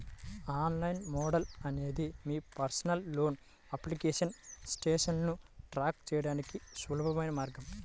online mode అనేది మీ personal loan application స్టేటస్ను ట్రాక్ చేయడానికి సులభమైన మార్గం